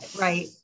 Right